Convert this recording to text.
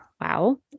Wow